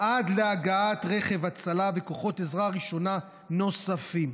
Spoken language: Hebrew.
עד להגעת רכב הצלה וכוחות עזרה ראשונה נוספים.